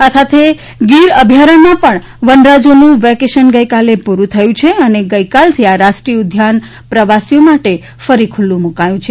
જ્યારે ગીર અભયારણ્યમાં પણ વનરાજોનું વેકેશન ગઈકાલે પૂરું થયું છે અને ગઈકાલથી આ રાષ્ટ્રીય ઉદ્યાન પ્રવાસીઓ માટે ફરી ખુલ્લું મુકાયું છે